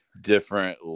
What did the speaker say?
different